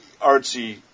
artsy